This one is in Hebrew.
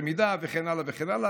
למידה וכן הלאה וכן הלאה,